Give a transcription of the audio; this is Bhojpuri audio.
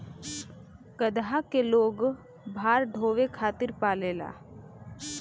गदहा के लोग भार ढोवे खातिर पालेला